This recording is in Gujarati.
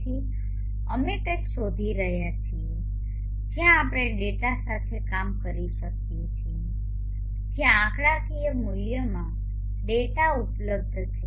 તેથી અમે કંઈક શોધી રહ્યા છીએ જ્યાં આપણે ડેટા સાથે કામ કરી શકીએ છીએ જ્યાં આંકડાકીય મૂલ્યોમાં ડેટા ઉપલબ્ધ છે